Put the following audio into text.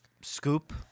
scoop